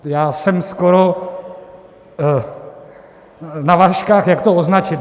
Já jsem skoro na vážkách, jak to označit...